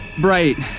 bright